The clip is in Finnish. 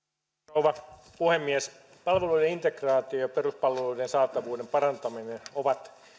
rouva puhemies palvelujen integraatio ja peruspalveluiden saatavuuden parantaminen ovat